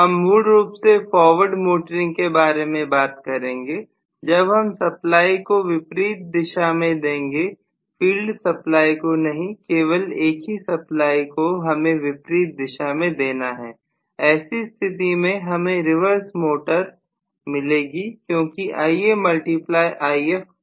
हम मूल रूप से फॉरवर्ड मोटरिंग के बारे में बात करेंगे जब हम सप्लाई को विपरीत दिशा में देंगे फील्ड सप्लाई को नहीं केवल एक ही सप्लाई को हमें विपरीत दिशा में देना है ऐसी स्थिति में हमें रिवर्स मोटर मिलेगी क्योंकि Ia मल्टिप्लाई If टॉर्क है